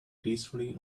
gracefully